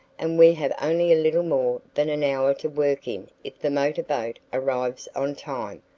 and we have only a little more than an hour to work in if the motorboat arrives on time.